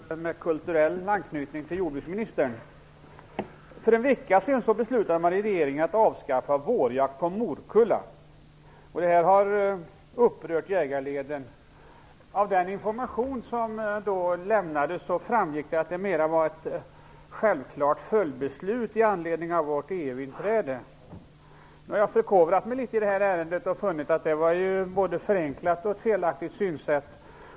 Herr talman! Jag vill ställa en fråga med kulturell anknytning till jordbruksministern. För en vecka sedan beslutade regeringen att avskaffa vårjakt på morkulla, och det har upprört jägarleden. Av den information som då lämnades framgick att det mer var ett självklart följdbeslut med anledning av vårt EU-inträde. Jag har förkovrat mig litet i det här ärendet och funnit att det både är ett förenklat och felaktigt synsätt.